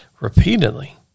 repeatedly